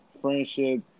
friendship